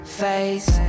face